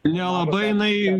nelabai jinai